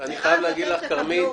תודה.